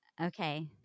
Okay